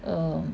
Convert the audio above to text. um